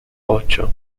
ocho